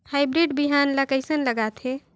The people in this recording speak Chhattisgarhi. हाईब्रिड बिहान ला कइसन लगाथे?